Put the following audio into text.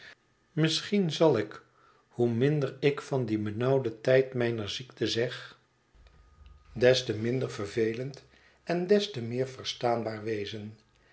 misschien zal ik hoe minder ik van dien benauwden tijd mijner ziekte zeg des te minder vervelend en des te meer verstaanbaar wezen